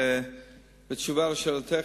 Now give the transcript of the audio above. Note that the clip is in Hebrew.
בתשובה על שאלתך,